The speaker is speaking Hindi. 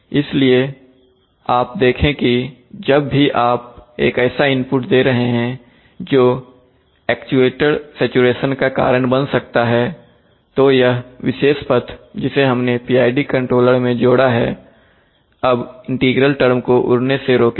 इसलिए आप देखें कि जब भी आप एक ऐसा इनपुट दे रहे हैं जो एक्चुएटर सैचुरेशन का कारण बन सकता है तो यह विशेष पथ जिसे हमने PID कंट्रोलर में जोड़ा हैअब इंटीग्रल टर्म को उड़ने से रोकेगा